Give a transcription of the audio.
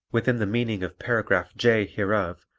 within the meaning of paragraph j hereof,